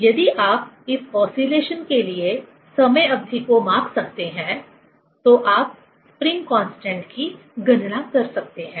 यदि आप इस ओसीलेशन के लिए समय अवधि को माप सकते हैं तो आप स्प्रिंग कांस्टेंट की गणना कर सकते हैं